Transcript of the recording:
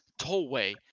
tollway